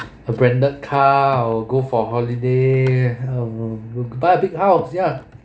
a branded car or go for holiday um buy a big house ya